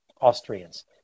Austrians